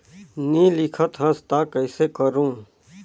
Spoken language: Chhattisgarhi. नी लिखत हस ता कइसे करू?